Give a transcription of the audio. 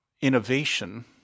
innovation